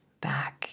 back